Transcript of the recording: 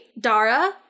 Dara